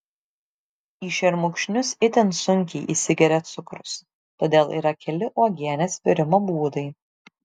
į šermukšnius itin sunkiai įsigeria cukrus todėl yra keli uogienės virimo būdai